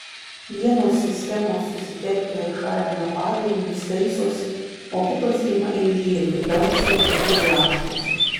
vienos sistemos susitelkia ir šalina padarinius taisosi o kitos ima eižėti dangstosi ir blaškosi